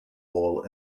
ball